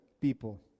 people